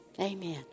Amen